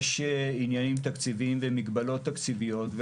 יש עניינים תקציביים ומגבלות תקציביות.